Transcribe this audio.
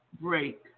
break